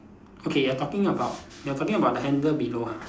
okay you are talking about you are talking about the handle below ah